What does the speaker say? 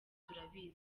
turabizi